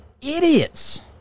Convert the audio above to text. idiots